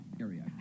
area